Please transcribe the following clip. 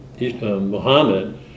Muhammad